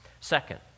Second